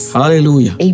Hallelujah